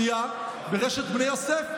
ברשת בני יוסף,